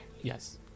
Yes